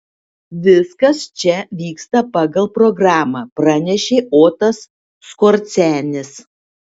viskas čia vyksta pagal programą pranešė otas skorcenis